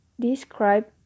describe